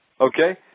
Okay